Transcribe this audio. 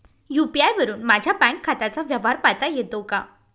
UPI वरुन माझ्या bank खात्याचा व्यवहार पाहता येतो का?